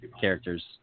characters